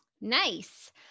Nice